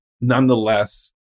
Nonetheless